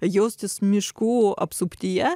jaustis miškų apsuptyje